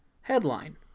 headline